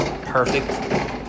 perfect